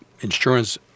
insurance